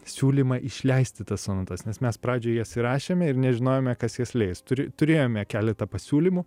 siūlymą išleisti tas sonatas nes mes pradžioj jas įrašėme ir nežinojome kas jas leis turėjome keletą pasiūlymų